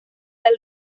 del